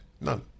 None